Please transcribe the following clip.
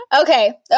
Okay